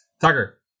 Tucker